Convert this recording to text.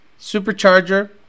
supercharger